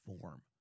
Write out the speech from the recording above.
form